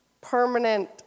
permanent